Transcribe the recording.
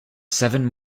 seven